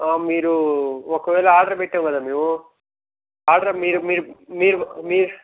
మీరు ఒకవేళ ఆర్డర్ పెట్టాము కదా మేము ఆర్డర్ మీరు మీరు మీరు మీరు